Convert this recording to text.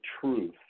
truth